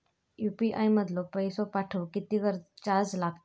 UPI मधलो पैसो पाठवुक किती चार्ज लागात?